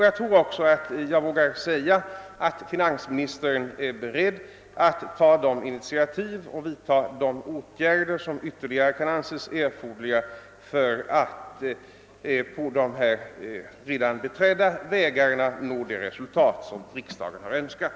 Jag tror också att jag vågar säga att finansministern är beredd att ta det initiativ och vidta de åtgärder som vtterligare kan anses erforderliga för att på redan nu beträdda vägar uppnå det resultat som riksdagen önskat.